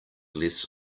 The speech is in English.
less